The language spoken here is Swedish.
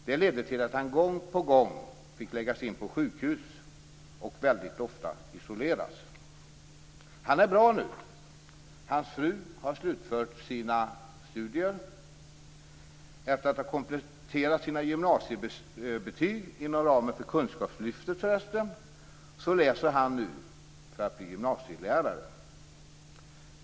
Det ledde till att han gång på gång fick läggas in på sjukhus och väldigt ofta isoleras. Han är bra nu. Hans fru har slutfört sina studier. Efter att ha kompletterat sina gymnasiebetyg, inom ramen för kunskapslyftet för resten, läser han nu för att bli gymnasielärare.